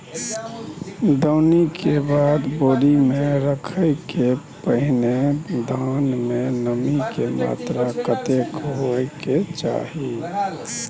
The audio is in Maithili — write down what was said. दौनी के बाद बोरी में रखय के पहिने धान में नमी के मात्रा कतेक होय के चाही?